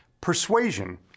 Persuasion